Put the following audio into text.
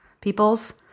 peoples